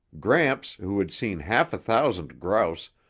gramps, who had seen half a thousand grouse,